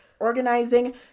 organizing